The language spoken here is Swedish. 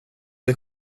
det